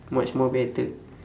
much more better